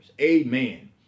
Amen